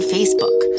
Facebook